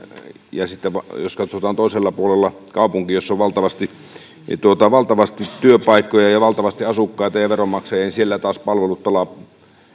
ja sitten jos katsotaan toisella puolella kaupunkia jossa on valtavasti työpaikkoja ja ja valtavasti asukkaita ja veronmaksajia siellä taas palvelut pelaavat